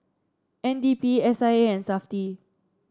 N D P S I A and Safti